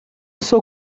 sou